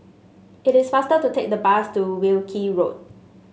it is faster to take the bus to Wilkie Road